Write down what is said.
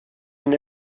une